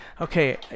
okay